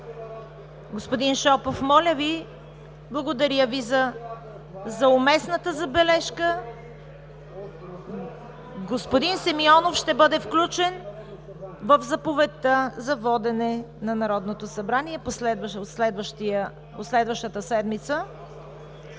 Господин Шопов, моля Ви! Благодаря за уместната Ви забележка. Господин Симеонов ще бъде включен в заповедта за водене на Народното събрание в следващата седмица.